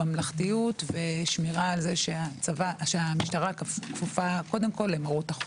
ממלכתיות ושמירה על זה שהמשטרה כפופה קודם כל להוראות החוק.